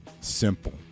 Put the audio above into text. simple